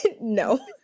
no